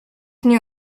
nie